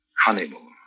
Honeymoon